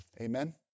Amen